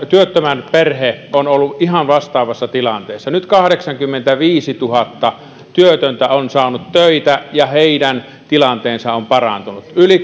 työttömän perhe on ollut ihan vastaavassa tilanteessa nyt kahdeksankymmentäviisituhatta työtöntä on saanut töitä ja heidän tilanteensa on parantunut yli